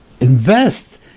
invest